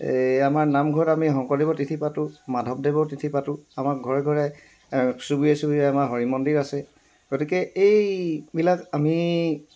এই আমাৰ নামঘৰত আমি শংকৰদেৱৰ তিথি পাতোঁ মাধৱদেৱৰ তিথি পাতোঁ আমাৰ ঘৰে ঘৰে চুবুৰীয়ে চুবুৰীয়ে আমাৰ হৰি মন্দিৰ আছে গতিকে এইবিলাক আমি